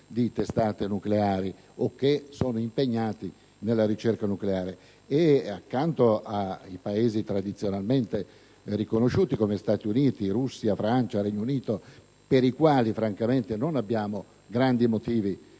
di testate nucleari o che sono impegnati nella ricerca nucleare: accanto a Paesi tradizionalmente riconosciuti, come Stati Uniti, Russia, Francia e Regno Unito, per i quali francamente non nutriamo grandi motivi